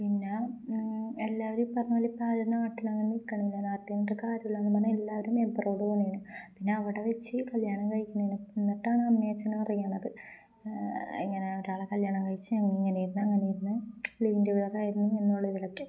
പിന്നെ എല്ലാവരും പറഞ്ഞലും ഇപ്പ ആ നാട്ടിലങ്ങനെ നിക്കണില്ല നാട്ടിലൻ്റെ കാര്യവല്ലാന്ന് പറഞ്ഞാ എല്ലാവരും എബറോട് പോണീന പിന്നെ അവിടെ വെച്ച് കല്യാണം കഴിക്കണേന് എന്നിട്ടാണ് അമ്മേച്ചഛന അറിയണത് ഇങ്ങനെ ഒരാളെ കല്യാണം കഴിച്ച് ഇങ്ങനെയിരുന്നു അങ്ങനെയിരുന്ന് ലീവിൻ്റെ വിവറായിരുന്നു എന്നുള്ള ഇതിലൊക്കെ